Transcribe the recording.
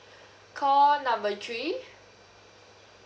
call number three